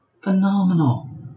Phenomenal